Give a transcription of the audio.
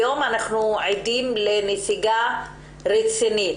היום אנחנו עדים לנסיגה רצינית.